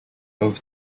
both